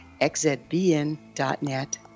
XZBN.net